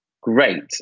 great